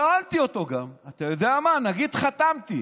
שאלתי גם אותו: אתה יודע מה, נגיד חתמתי,